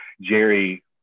jerry